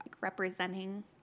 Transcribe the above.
representing